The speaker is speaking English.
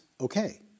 okay